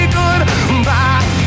goodbye